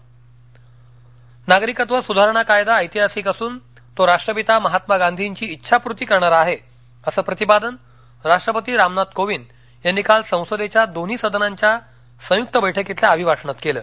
अभिभाषण नागरिकत्व सुधारणा कायदा ऐतिहासिक असून तो राष्ट्रपिता महात्मा गांधींची इच्छापूर्ती करणारा आहे असं प्रतिपादन राष्ट्रपती रामनाथ कोविंद यांनी काल संसदेच्या दोन्ही सदनांच्या संयुक्त बैठकीतल्या अभिभाषणात केलं